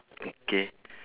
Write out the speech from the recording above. okay